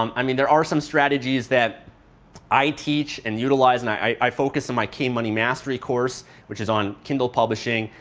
um i mean there are some strategies that i teach and utilize and i focus in my k money mastery course which is on kindle publishing.